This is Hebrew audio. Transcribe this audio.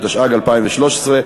התשע"ג 2013,